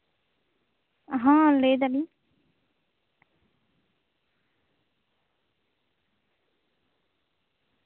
ᱦᱮᱸ ᱞᱟᱹᱭ ᱫᱟᱞᱤᱧ